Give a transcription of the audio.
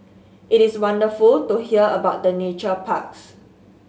it is wonderful to hear about the nature parks